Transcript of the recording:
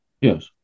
Yes